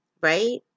Right